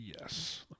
Yes